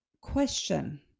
question